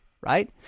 right